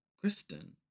Kristen